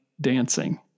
dancing